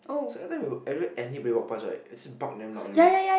so everytime we would every anybody walk pass right is bark damn loudly